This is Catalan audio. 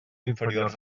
inferiors